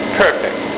perfect